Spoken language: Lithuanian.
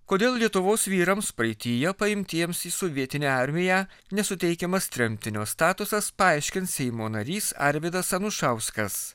kodėl lietuvos vyrams praeityje paimtiems į sovietinę armiją nesuteikiamas tremtinio statusas paaiškins seimo narys arvydas anušauskas